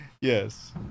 yes